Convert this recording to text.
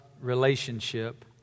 relationship